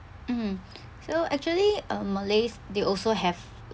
mm so actually um malays they also have